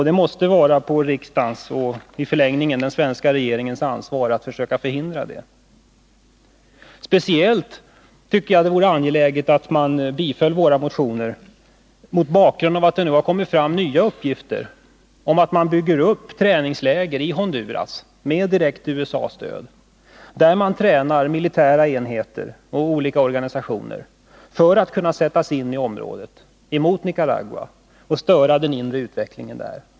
Det måste vara ett ansvar för riksdagen och den svenska regeringen att försöka hindra detta. Speciellt tycker jag att det vore angeläget att man biföll våra motioner mot bakgrund av att det nu har kommit fram nya uppgifter om att det byggs upp träningsläger i Honduras med direkt USA-stöd. Där tränas militära enheter och olika organisationer för att kunna sättas in mot Nicaragua och störa den inre utvecklingen där.